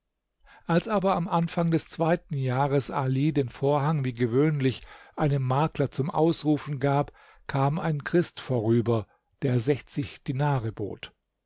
als aber am anfange des zweiten jahres ali den vorhang wie gewöhnlich einem makler zum ausrufen gab kam ein christ vorüber der sechzig dinare bot